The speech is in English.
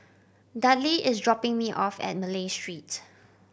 Dudley is dropping me off at Malay Street